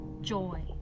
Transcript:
joy